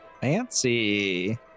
Fancy